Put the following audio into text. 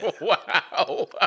Wow